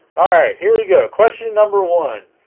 ah here we go question number one